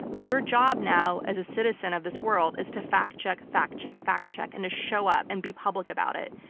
your job now as a citizen of this world is to factcheck, factcheck, factcheck. and to show up and be public about it.